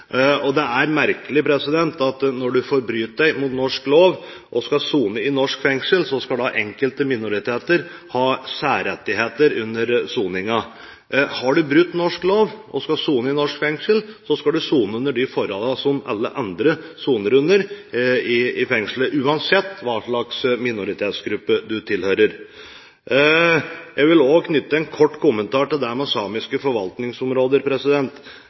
skal sone i et norsk fengsel, skal enkelte minoriteter ha særrettigheter under soningen. Har du brutt norsk lov og skal sone i et norsk fengsel, skal du sone under de forholdene som alle andre soner under i fengselet, uansett hva slags minoritetsgrupper du tilhører. Jeg vil også knytte en kort kommentar til det med samiske forvaltningsområder.